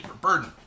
burden